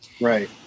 Right